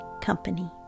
Company